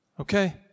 Okay